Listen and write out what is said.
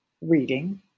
reading